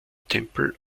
tempel